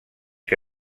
que